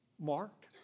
mark